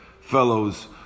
fellows